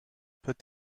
peut